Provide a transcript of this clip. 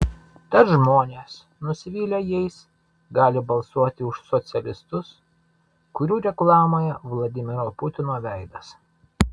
tad žmonės nusivylę jais gali balsuoti už socialistus kurių reklamoje vladimiro putino veidas